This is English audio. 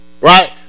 right